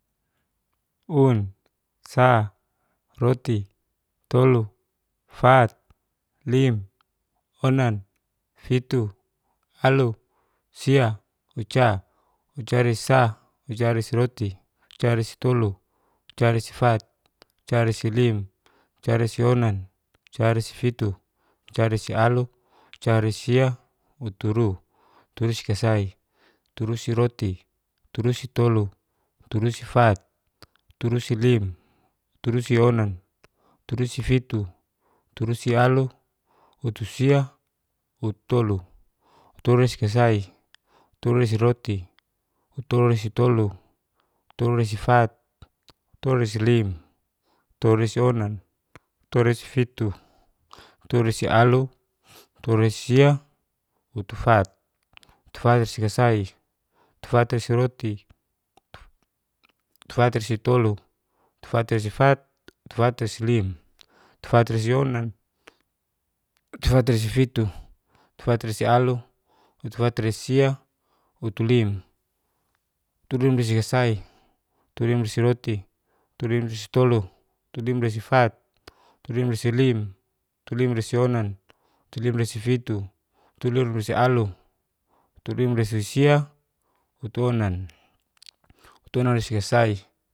Un. sa, roti. tolo. fat, lim, onan, fitu, alu, sia, uca, ucarisa, ucarisiroti, ucarisitolu, ucarisifat, ucarisilim, ucarisionan, ucarisifitu, ucarisialu, ucarisisia, uturu, uturuskesai, uturusiroti, uturusitolu, uturusifat, uturusilim, uturusionan, uturusifitu, uturusialu, utusia, utolu. utolurekasai, utoluresiroti, utoluresitolu, utoluresifat, utuluresilim, utoluresionan, utoluresifitu, utoluresialu, utoluresia. utufat, utufatresikasai, utufatresiroti, utufatresitolu,. utufatresifat, utufatresilim, utufatresionan, utufatresifitu, utufatresialu. utufatresisia, utulim, utulimresikasai, utulimresiroti. utulimresitolu. utulimresifat. utulimresilim. utulimresionan, utulimresifitu, utulimresialu, utulimresisia, utuonan, utuonanresikasai